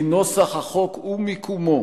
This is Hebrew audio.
כי נוסח החוק ומיקומו